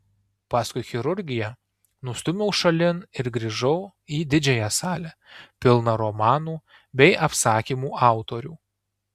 paskui chirurgiją nustūmiau šalin ir grįžau į didžiąją salę pilną romanų bei apsakymų autorių